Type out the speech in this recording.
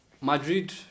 Madrid